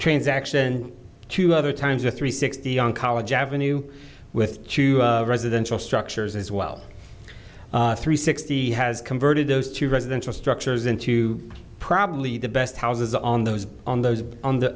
transaction two other times or three sixty on college avenue with two residential structures as well three sixty has converted those two residential structures into probably the best houses on those on those on the